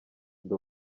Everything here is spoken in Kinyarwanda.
ndi